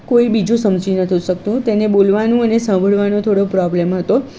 કોઈ બીજું સમજી નહોતું શકતું તેને બોલવાનું અને સાંભળવાનું થોડો પ્રોબ્લ્મ હતો